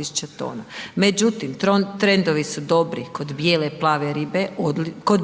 000 tona međutim trendovi su dobri kod bijele i plave ribe, kod